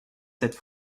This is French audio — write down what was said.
cette